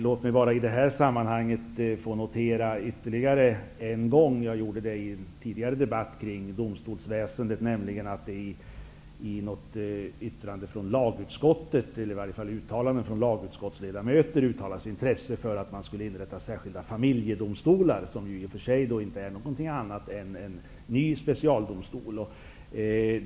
Låt mig bara i detta sammanhang få notera ytterligare en gång -- jag gjorde det i en tidigare debatt kring domstolsväsendet -- att i alla fall lagutskottets ledamöter uttalat intresse för att man skall inrätta särskild familjedomstol, som i och för sig inte är något annat än en ny specialdomstol.